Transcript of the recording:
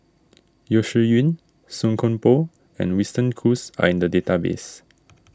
Yeo Shih Yun Song Koon Poh and Winston Choos are in the database